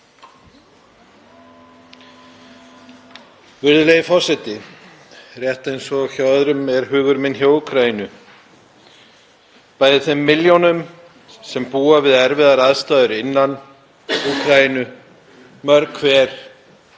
Virðulegi forseti. Rétt eins og hjá öðrum er hugur minn hjá Úkraínu, bæði þeim milljónum sem búa við erfiðar aðstæður innan Úkraínu, mörg hver